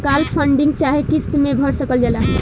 काल funding चाहे किस्त मे भर सकल जाला